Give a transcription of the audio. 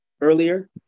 earlier